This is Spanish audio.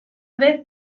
vez